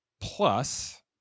plus